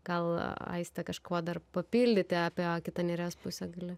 gal aistė kažkuo dar papildyti apie kitą neries pusę gali